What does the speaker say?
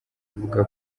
avuga